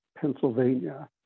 Pennsylvania